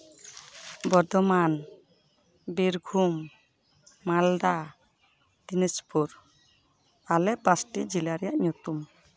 ᱵᱚᱨᱫᱷᱚᱢᱟᱱ ᱵᱤᱨᱵᱷᱩᱢ ᱢᱟᱞᱫᱟ ᱫᱤᱱᱟᱡᱽᱯᱩᱨ ᱟᱞᱮ ᱯᱟᱸᱪᱴᱤ ᱡᱮᱞᱟ ᱨᱮᱭᱟᱜ ᱧᱩᱛᱩᱢ